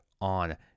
on